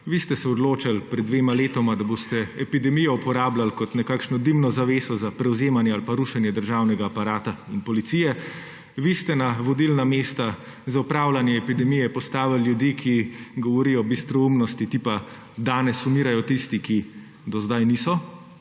vi ste se odločili pred dvema letoma, da boste epidemijo uporabljali kot nekakšno dimno zavezo za prevzemanje ali pa rušenje državnega aparata in policije, vi ste na vodilna mesta za upravljanje epidemije postavili ljudi, ki govorijo bistroumnosti tipa, »danes umirajo tisti, ki do zdaj niso«.